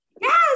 Yes